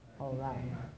alright